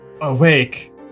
awake